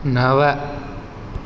नव